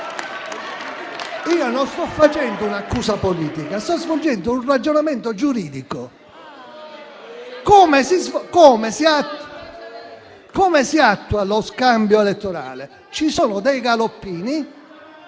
Io non sto facendo un'accusa politica, sto svolgendo un ragionamento giuridico. *(Commenti).* Come si attua lo scambio elettorale? Ci sono dei galoppini